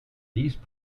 these